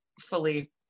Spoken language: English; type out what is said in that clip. fully